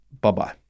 Bye-bye